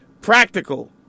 practical